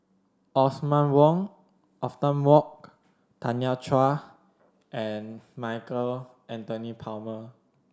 Othman Othman Wok Tanya Chua and Michael Anthony Palmer